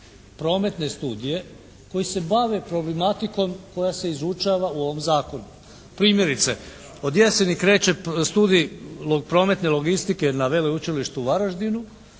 prometne studije koje se bave problematikom koja se izučava u ovom zakonu. Primjerice, od jeseni kreće studij prometne logistike na veleučilištu u Varaždinu.